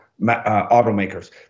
automakers